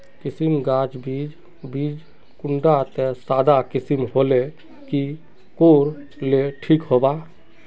किसम गाज बीज बीज कुंडा त सादा किसम होले की कोर ले ठीक होबा?